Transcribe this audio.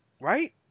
right